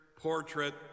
portrait